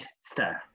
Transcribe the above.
star